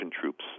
troops